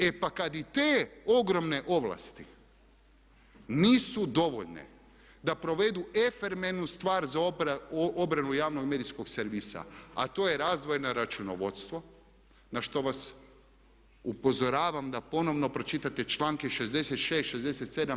E pa kad i te ogromne ovlasti nisu dovoljne da provedu efermenu stvar za obranu javnog medijskog servisa, a to je razdvojena računovodstvo na što vas upozoravam da ponovno pročitate članke 66., 67.